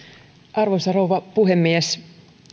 arvoisa rouva puhemies